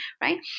right